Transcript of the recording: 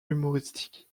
humoristiques